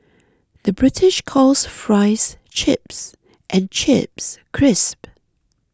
the British calls Fries Chips and Chips Crisps